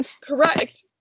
Correct